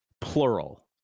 plural